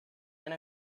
and